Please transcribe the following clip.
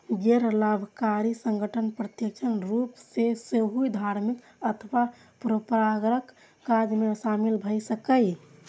गैर लाभकारी संगठन प्रत्यक्ष रूप सं सेहो धार्मिक अथवा परोपकारक काज मे शामिल भए सकैए